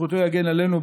זכותו יגן עלינו,